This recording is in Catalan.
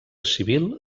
civil